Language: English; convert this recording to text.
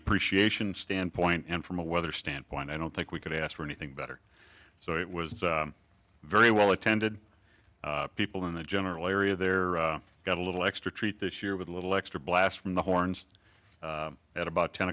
appreciation standpoint and from a weather standpoint i don't think we could ask for anything better so it was very well attended people in the general area there got a little extra treat this year with a little extra blast from the horns at about ten